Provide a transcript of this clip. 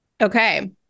Okay